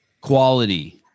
Quality